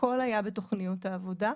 הכל היה בתוכניות העבודה.